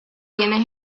tiene